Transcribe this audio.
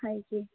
হয় কী